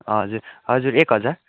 हजुर हजुर एक हजार